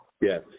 Yes